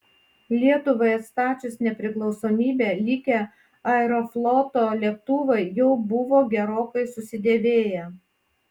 lietuvai atstačius nepriklausomybę likę aerofloto lėktuvai jau buvo gerokai susidėvėję